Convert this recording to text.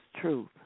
truth